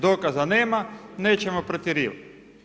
Dokaza nema, nećemo protjerivati.